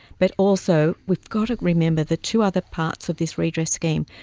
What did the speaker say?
but also we've got to remember the two other parts of this redress scheme,